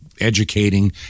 educating